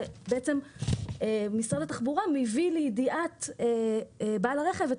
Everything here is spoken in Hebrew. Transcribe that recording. בעצם משרד התחבורה מביא לידיעת בעל הרכב את